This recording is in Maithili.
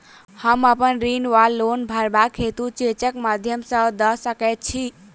हम अप्पन ऋण वा लोन भरबाक हेतु चेकक माध्यम सँ दऽ सकै छी?